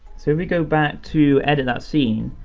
so we go back to edit that scene,